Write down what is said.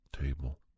table